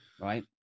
Right